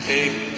Take